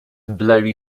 blurry